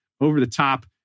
over-the-top